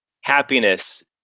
happiness